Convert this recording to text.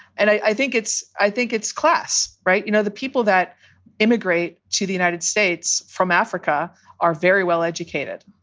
and i think it's i think it's class. right. you know, the people that immigrate to the united states from africa are very well educated.